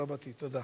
תודה.